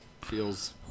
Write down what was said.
feels